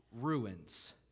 ruins